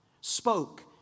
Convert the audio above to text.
spoke